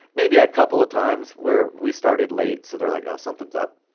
maybe a couple of times where we started late, so they're like, oh, something's up.